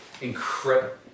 incredible